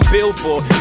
Billboard